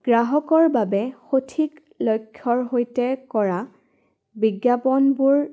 গ্ৰাহকৰ বাবে সঠিক লক্ষ্যৰ সৈতে কৰা বিজ্ঞাপনবোৰ